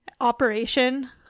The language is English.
Operation